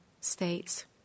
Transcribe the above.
states